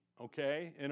okay